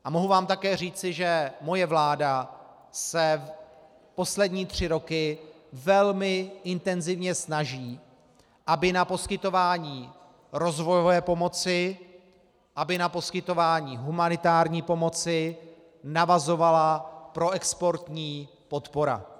A mohu vám také říci, že moje vláda se poslední tři roky velmi intenzivně snaží, aby na poskytování rozvojové pomoci, humanitární pomoci navazovala proexportní podpora.